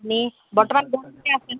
আপুনি বৰ্তমান গুৱাহাটীতে আছে ন'